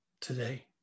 today